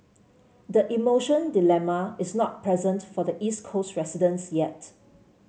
the emotion dilemma is not present for the East Coast residents yet